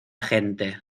gente